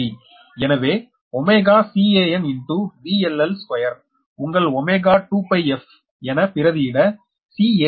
எனவே CanVLL2உங்கள் 𝜔 2𝜋f என பிரதியிட Can என்பது 2